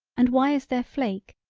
and why is there flake,